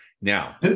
Now